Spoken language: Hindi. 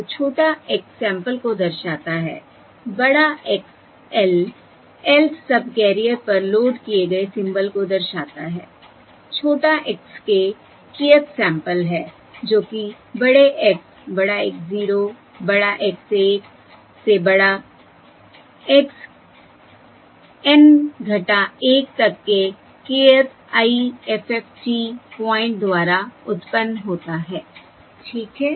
तो छोटा x सैंपल को दर्शाता है बड़ा X l lth सबकैरियर पर लोड किए गए सिंबल को दर्शाता है छोटा x k kth सैंपल है जो कि बड़े X बड़ा X 0 बड़ा X 1 से बड़ा X N 1 तक के kth IFFT प्वाइंट द्वारा उत्पन्न होता है ठीक है